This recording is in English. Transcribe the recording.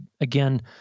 again